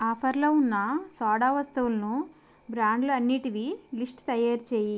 ఆఫర్లో ఉన్న సోడా వస్తువులును బ్రాండ్లు అన్నింటివీ లిస్టు తయారు చేయి